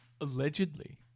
Allegedly